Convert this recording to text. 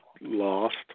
lost